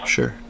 Sure